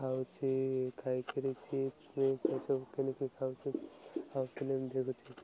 ଖାଉଛିି ଖାଇକିରି ଚିପ୍ସ ଖାଇ ସବୁ କିଣିକି ଖାଉଛି ଆଉ ଫିଲ୍ମ ଦେଖୁଛି